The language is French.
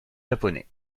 japonais